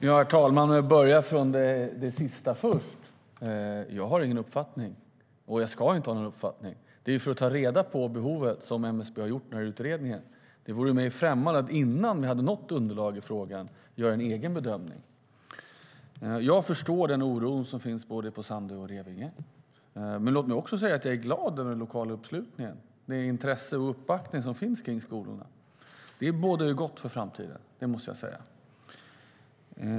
Herr talman! Jag tar det sista först. Jag har ingen uppfattning, och jag ska inte ha någon uppfattning. MSB har gjort utredningen för att ta reda på behovet. Det vore mig främmande att göra en egen bedömning innan vi har något underlag i frågan. Jag förstår den oro som finns både på Sandö och i Revinge. Men jag är också glad över den lokala uppslutningen, det intresse och den uppbackning som finns kring skolorna. Det bådar gott inför framtiden.